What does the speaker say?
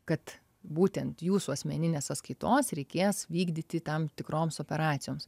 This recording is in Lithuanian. kad būtent jūsų asmeninės sąskaitos reikės vykdyti tam tikroms operacijoms